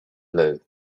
blue